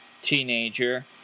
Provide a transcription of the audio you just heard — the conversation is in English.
teenager